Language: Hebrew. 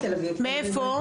מאיפה?